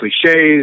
cliches